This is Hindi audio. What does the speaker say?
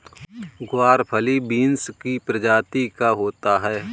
ग्वारफली बींस की प्रजाति का होता है